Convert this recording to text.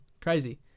Crazy